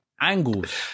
Angles